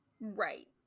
right